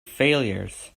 failures